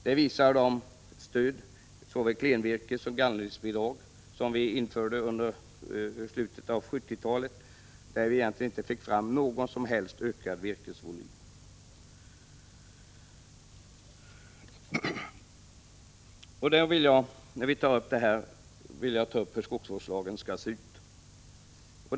Vi införde under slutet av 1970-talet såväl klenvirkesbidrag som gallringsbidrag, men lyckades egentligen inte få någon ökning av virkesvolymen. Jag vill ta upp frågan hur skogsvårdslagen skall se ut.